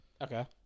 Okay